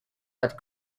but